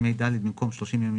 וגם מה היא צריכה להשקיע,